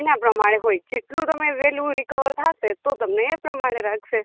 એના પ્રમાણે હોય જેટલું તમે વેલું રિકવર થાશે તો તમને એ પ્રમાણે રાખશે